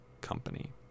company